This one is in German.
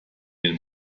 den